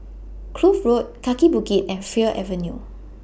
Kloof Road Kaki Bukit and Fir Avenue